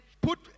put